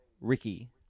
Ricky